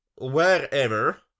wherever